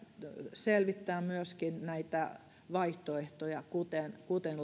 selvittää myöskin näitä vaihtoehtoja kuten kuten